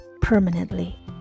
permanently